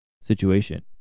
situation